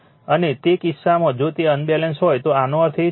અને તે કિસ્સામાં જો તે અનબેલેન્સ હોય તો આનો અર્થ એ છે કે